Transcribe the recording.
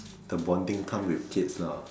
the bonding time with kids lah